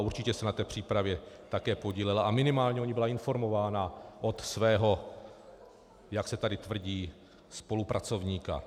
Určitě se na té přípravě také podílela a minimálně o ní byla informována od svého, jak se tady tvrdí, spolupracovníka.